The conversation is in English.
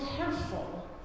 careful